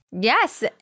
Yes